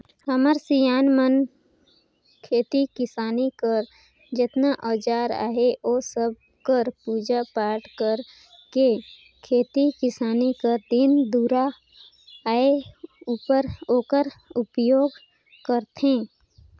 हमर सियान मन खेती किसानी कर जेतना अउजार अहे ओ सब कर पूजा पाठ कइर के खेती किसानी कर दिन दुरा आए उपर ओकर उपियोग करथे